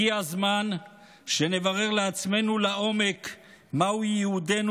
הגיע הזמן שנברר לעצמנו לעומק מהו ייעודנו